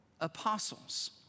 apostles